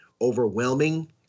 overwhelming